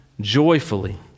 joyfully